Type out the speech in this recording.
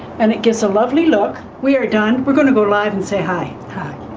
and it gives a lovely look. we are done we're going to go live and say hi